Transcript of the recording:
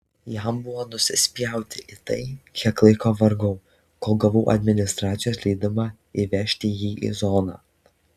jam buvo nusispjauti į tai kiek laiko vargau kol gavau administracijos leidimą įvežti jį į zoną